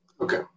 Okay